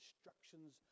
instructions